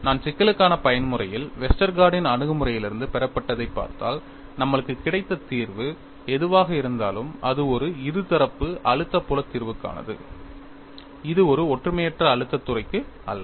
நான் சிக்கலுக்கான பயன்முறையில் வெஸ்டர்கார்டின் Westergaard's அணுகுமுறையிலிருந்து பெறப்பட்டதைப் பார்த்தால் நம்மளுக்கு கிடைத்த தீர்வு எதுவாக இருந்தாலும் அது ஒரு இருதரப்பு அழுத்த புல தீர்வுக்கானது இது ஒரு ஒற்றுமையற்ற அழுத்தத் துறைக்கு அல்ல